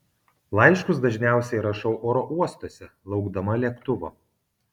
laiškus dažniausiai rašau oro uostuose laukdama lėktuvo